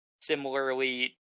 Similarly